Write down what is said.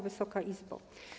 Wysoka Izbo!